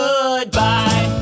Goodbye